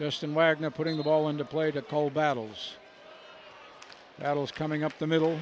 just in wagner putting the ball into play to call battles addles coming up the middle